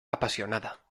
apasionada